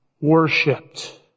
worshipped